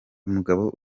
umugabo